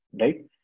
right